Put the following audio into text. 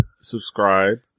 subscribe